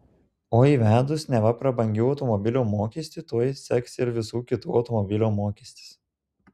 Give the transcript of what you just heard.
o įvedus neva prabangių automobilių mokestį tuoj seks ir visų kitų automobilių mokestis